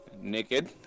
Naked